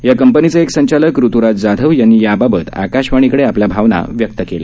या कंपनीचे एक संचालक ऋतूराज जाधव यांनी याबाबत आकाशवाणीकडे आपल्या भावना व्यक्त केल्या